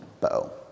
bow